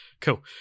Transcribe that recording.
Cool